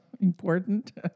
important